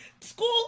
School